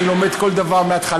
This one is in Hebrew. אני מתחילה להביא לך,